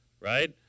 right